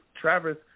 Travis